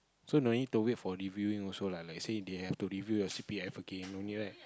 so no need to wait for reviewing also lah like say they have to review your c_p_f again no need right